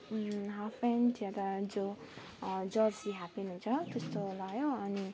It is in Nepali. हाफ प्यान्ट यहाँ त जो जर्सी हाफ प्यान्ट हुन्छ त्यस्तो लगायो अनि